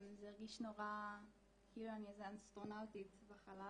זה הרגיש כאילו אני איזה אסטרונאוטית בחלל.